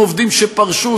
עם עובדים שפרשו,